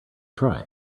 try